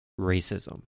Racism